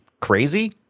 crazy